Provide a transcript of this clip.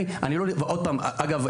אגב,